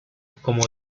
como